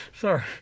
Sorry